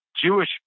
Jewish